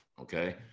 okay